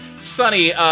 Sonny